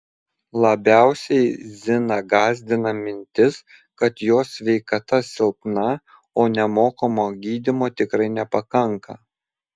labiausiai ziną gąsdina mintis kad jos sveikata silpna o nemokamo gydymo tikrai nepakanka